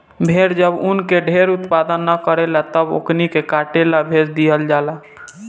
भेड़ जब ऊन के ढेर उत्पादन न करेले तब ओकनी के काटे ला भेज दीहल जाला